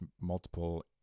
multiple